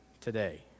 today